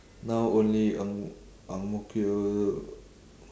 now only ang~ ang mo kio